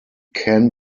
can